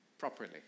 Properly